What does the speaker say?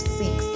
six